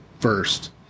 first